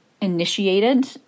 initiated